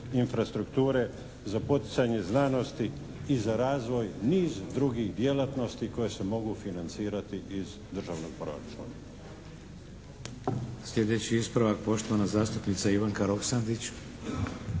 infrastrukture, za poticanje znanosti i za razvoj niz drugih djelatnosti koje se mogu financirati iz državnog prorčuna.